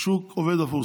השוק עובד הפוך,